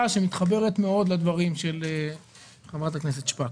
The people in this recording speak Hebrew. שמתחברת מאוד לדברים של חברת הכנסת שפק.